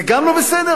זה גם לא בסדר?